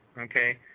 okay